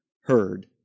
heard